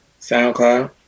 soundcloud